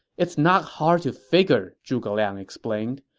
it's not hard to figure, zhuge liang explained.